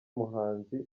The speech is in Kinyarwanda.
muhanzi